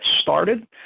started